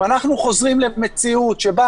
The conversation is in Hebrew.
אם אנחנו חוזרים למציאות שבה